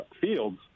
fields